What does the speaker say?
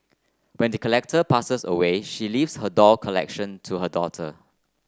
when the collector passes away she leaves her doll collection to her daughter